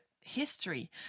history